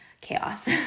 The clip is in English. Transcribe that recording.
chaos